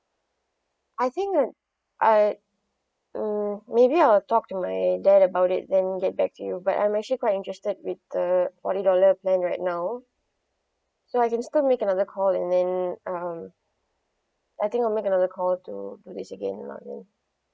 I think I mm maybe I'll talk to my dad about it then get back to you but I'm actually quite interested with the forty dollar plan right now so I can still make another call and then um I think I'll make another call to do this again lah then